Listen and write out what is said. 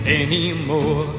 anymore